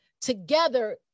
together